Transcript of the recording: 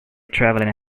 travelling